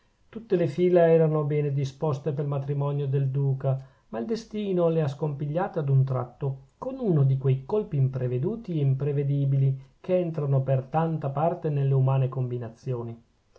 tutte le fila erano bene disposte pel matrimonio del duca ma il destino le ha scompigliate ad un tratto con uno di quei colpi impreveduti e imprevedibili che entrano per tanta parte nelle umane combinazioni